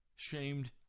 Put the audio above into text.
shamed